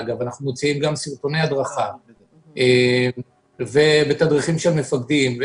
אנחנו מוציאים גם סרטוני הדרכה ובתדריכים של המפקדים,